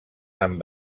amb